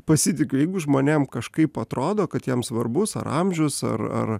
pasitikiu jeigu žmonėm kažkaip atrodo kad jiems svarbus ar amžius ar ar